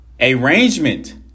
arrangement